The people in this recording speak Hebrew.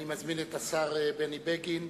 אני מזמין את השר בני בגין,